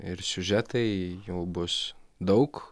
ir siužetai jau bus daug